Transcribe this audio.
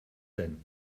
denn